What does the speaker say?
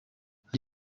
hari